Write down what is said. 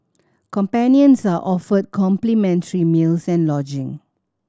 companions are offered complimentary meals and lodging